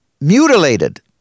mutilated